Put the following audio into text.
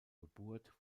geburt